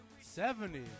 Seventy